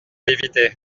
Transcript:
éviter